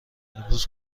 امروز